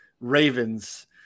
Ravens